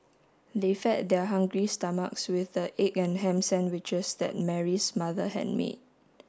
they fed their hungry stomachs with the egg and ham sandwiches that Mary's mother had made